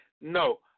No